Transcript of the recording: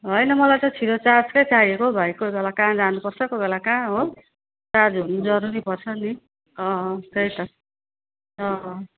होइन मलाई चाहिँ छिट्टो चार्जकै चाहिएको हौ भाइ कोहीबेला कहाँ जानुपर्छ कोही बेला कहाँ हो चार्ज हुनु जरुरी पर्छ नि अँ त्यही त अँ